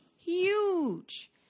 huge